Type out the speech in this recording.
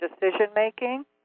decision-making